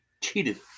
cheated